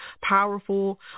powerful